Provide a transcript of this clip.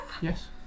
Yes